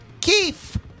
Keith